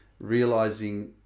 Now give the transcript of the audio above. realizing